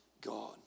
God